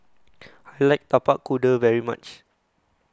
I like Tapak Kuda very much